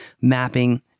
mapping